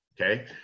okay